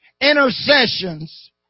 intercessions